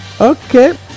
okay